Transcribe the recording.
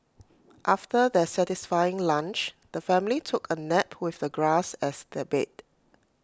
after their satisfying lunch the family took A nap with the grass as their bed